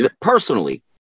personally